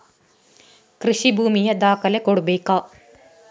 ಕೃಷಿ ಭೂಮಿಯ ದಾಖಲೆ ಕೊಡ್ಬೇಕಾ?